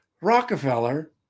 Rockefeller